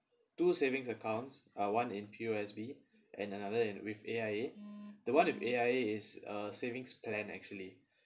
two savings accounts uh one in P_O_S_B and another in with A_I_A the one with A_I_A is a savings plan actually